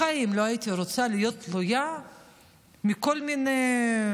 בחיים לא הייתי רוצה להיות תלויה בכל מיני,